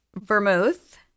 vermouth